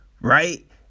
Right